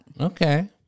Okay